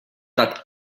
that